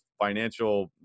financial